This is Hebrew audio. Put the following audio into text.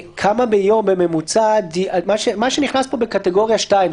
מה שנכנס פה בקטגוריה 2,